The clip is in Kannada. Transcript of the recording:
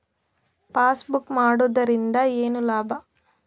ಪಾಸ್ಬುಕ್ ಮಾಡುದರಿಂದ ಏನು ಲಾಭ?